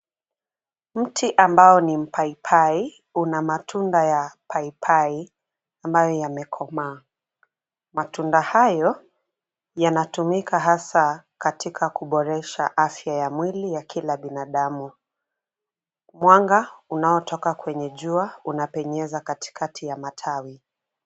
Mti ambao ni mpaipai una matunda ya paipai ambayo yamekomaa. Matunda hayo yanatumika hasa katika kuboresha afya ya mwili ya kila binadamu. Mwanga unaotoka kwenye jua unapenyeza katikati ya matawi.